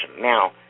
Now